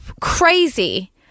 crazy